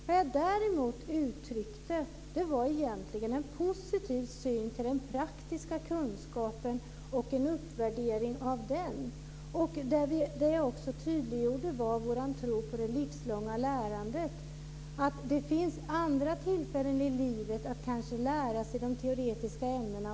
Vad jag däremot uttryckte var en positiv syn på den praktiska kunskapen och en uppvärdering av den. Jag tydliggjorde också vår tro på det livslånga lärandet. Det finns andra tillfällen i livet att lära sig de teoretiska ämnena.